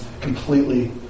completely